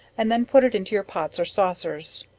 and then put it into your pots or saucers.